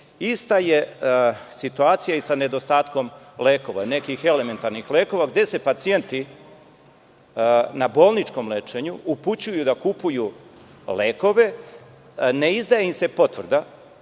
je situacija i sa nedostatkom lekova, nekih elementarnih lekova, gde se pacijenti na bolničkom lečenju upućuju da kupuju lekove, ne izdaje im se potvrda